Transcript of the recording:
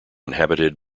inhabited